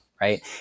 Right